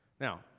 Now